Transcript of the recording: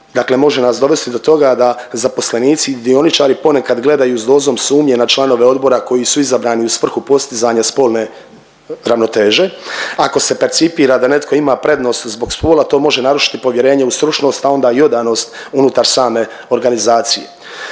dakle može nas dovesti do toga da zaposlenici, dioničari ponekad gledaju sa dozom sumnje na članove odbora koji su izabrani u svrhu postizanja spolne ravnoteže. Ako se percipira da netko ima prednost zbog spola to može narušiti povjerenje u stručnost a onda i odanost unutar same organizacije.